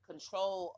Control